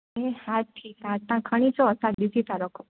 हा ठीकु आहे तव्हां खणी अचो असां ॾिसी ता रखूं